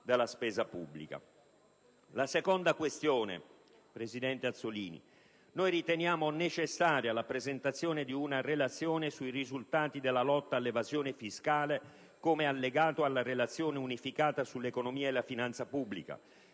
rivolgo a lei, presidente Azzollini: riteniamo necessaria la presentazione di una relazione sui risultati della lotta all'evasione fiscale, come allegato alla relazione unificata sull'economia e la finanza pubblica,